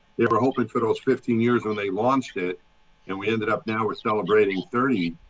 they were hoping for those fifteen years when they launched it and we ended up now we're celebrating thirty.